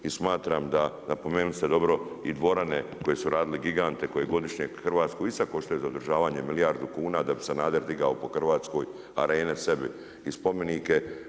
I smatram da, napomenuli ste dobro i dvorane koje su radili gigante koje godišnje Hrvatsku i sad koštaju za održavanje milijardu kuna, da bi Sanader digao po Hrvatskoj arene sebi i spomenike.